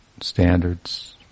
standards